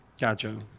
Gotcha